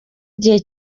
igihe